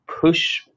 push